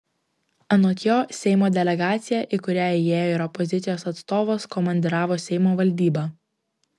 anot jo seimo delegaciją į kurią įėjo ir opozicijos atstovas komandiravo seimo valdyba